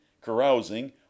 carousing